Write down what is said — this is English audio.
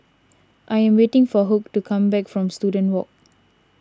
I am waiting for Hugh to come back from Student Walk